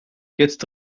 jetzt